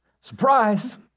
Surprise